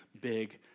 big